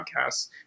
podcasts